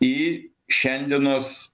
į šiandienos